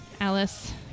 Alice